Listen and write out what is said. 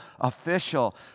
official